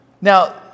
Now